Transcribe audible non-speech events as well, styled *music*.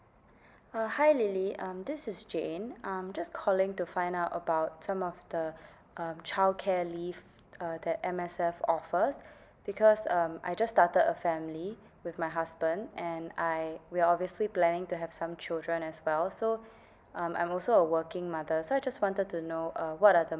uh hi lily um this is jane I'm just calling to find out about some of the um childcare leave uh that M_S_F offers because um I just started a family with my husband and I we're obviously planning to have some children as well so *breath* um I'm also a working mother so I just wanted to know uh what are the